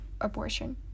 abortion